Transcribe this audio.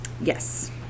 Yes